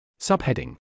Subheading